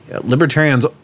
libertarians